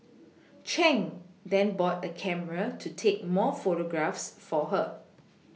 Chang then bought a camera to take more photographs for her